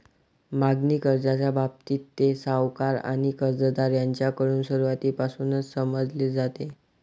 मागणी कर्जाच्या बाबतीत, ते सावकार आणि कर्जदार यांच्याकडून सुरुवातीपासूनच समजले जाते